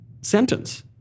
sentence